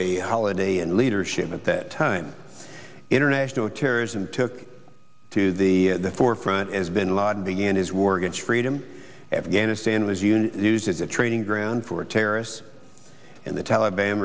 a holiday and leadership at that time international terrorism took to the forefront as bin laden began his war against freedom afghanistan was you know used as a training ground for terrorists and the taliban